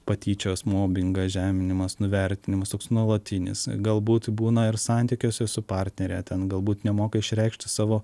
patyčios mobingas žeminimas nuvertinimas toks nuolatinis galbūt būna ir santykiuose su partnere ten galbūt nemoka išreikšti savo